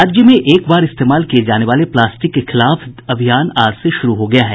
राज्य में एक बार इस्तेमाल किए जाने वाले प्लास्टिक के खिलाफ अभियान आज से शुरू हो गया है